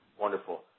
wonderful